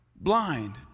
Blind